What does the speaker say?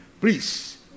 Please